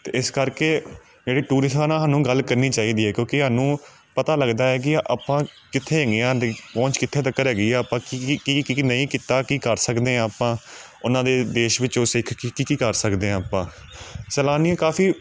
ਅਤੇ ਇਸ ਕਰਕੇ ਜਿਹੜੇ ਟੂਰਿਸਟਾਂ ਨਾਲ ਸਾਨੂੰ ਗੱਲ ਕਰਨੀ ਚਾਹੀਦੀ ਹੈ ਕਿਉਂਕਿ ਸਾਨੂੰ ਪਤਾ ਲੱਗਦਾ ਹੈ ਕਿ ਆਪਾਂ ਕਿੱਥੇ ਹੈਗੇ ਹਾਂ ਅਤੇ ਪਹੁੰਚ ਕਿੱਥੇ ਤੱਕ ਹੈਗੀ ਆਪਾਂ ਕੀ ਕੀ ਕੀ ਕੀ ਨਹੀਂ ਕੀਤਾ ਕੀ ਕਰ ਸਕਦੇ ਆਪਾਂ ਉਹਨਾਂ ਦੇ ਦੇਸ਼ ਵਿੱਚ ਉਹ ਸਿੱਖ ਕੇ ਕੀ ਕੀ ਕਰ ਸਕਦੇ ਹਾਂ ਆਪਾਂ ਸੈਲਾਨੀ ਕਾਫ਼ੀ